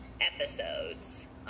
episodes